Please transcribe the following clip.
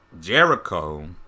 Jericho